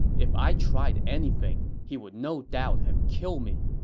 if i tried anything, he would no doubt have killed me.